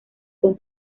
con